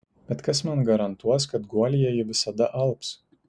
bet kas man garantuos kad guolyje ji visada alps